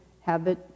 habit